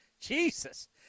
Jesus